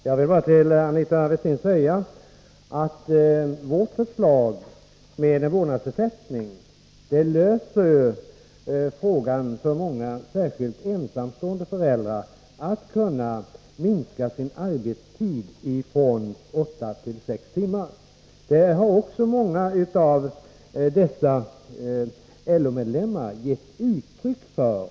Fru talman! Jag vill bara till Aina Westin säga att vårt förslag med en vårdnadsersättning löser problemet för många, särskilt ensamstående, föräldrar när det gäller att kunna minska sin arbetstid från åtta till sex timmar. Detta har också många LO-medlemmar gett uttryck för.